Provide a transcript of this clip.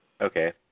Okay